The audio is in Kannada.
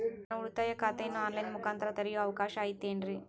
ನಾನು ಉಳಿತಾಯ ಖಾತೆಯನ್ನು ಆನ್ ಲೈನ್ ಮುಖಾಂತರ ತೆರಿಯೋ ಅವಕಾಶ ಐತೇನ್ರಿ?